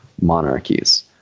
monarchies